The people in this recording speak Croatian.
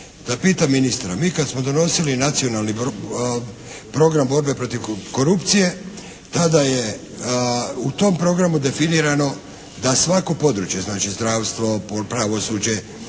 da pitam ministra. Mi kad smo donosili Nacionalni program borbe protiv korupcije tada je u tom programu definirano da svako područje znači, zdravstvo, pravosuđe